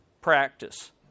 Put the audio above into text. practice